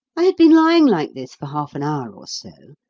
i had been lying like this for half an hour or so,